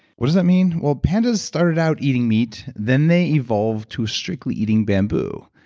what does that mean? well, pandas started out eating meat, then they evolved to strictly eating bamboo.